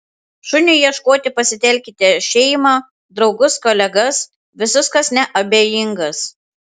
šuniui ieškoti pasitelkite šeimą draugus kolegas visus kas neabejingas